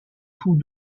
tous